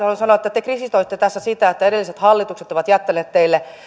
kun te kritisoitte tässä sitä että edelliset hallitukset ovat jättäneet teille